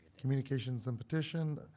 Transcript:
communications and petition,